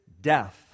death